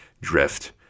drift